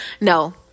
No